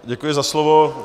Děkuji za slovo.